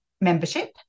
membership